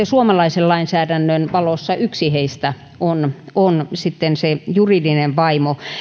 suomalaisen lainsäädännön valossa vain yksi heistä on on sitten se juridinen vaimo